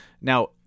now